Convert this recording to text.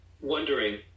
wondering